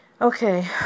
Okay